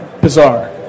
bizarre